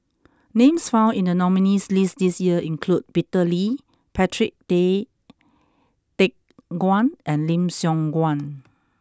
names found in the nominees' list this year include Peter Lee Patrick Tay Teck Guan and Lim Siong Guan